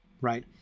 right